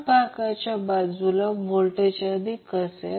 तर XL हे L ω2 असेल आणि XC हे 1ω2 असेल